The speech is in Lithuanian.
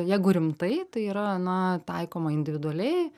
jeigu rimtai tai yra na taikoma individualiai